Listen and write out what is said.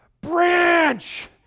branch